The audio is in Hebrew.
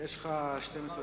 יש לך 12 דקות.